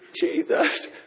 Jesus